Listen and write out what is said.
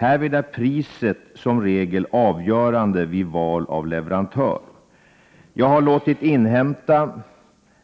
Härvid är priset som regel avgörande vid val av leverantör. Jag har låtit inhämta